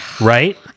Right